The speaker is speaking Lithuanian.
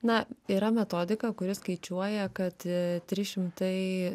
na yra metodika kuri skaičiuoja kad trys šimtai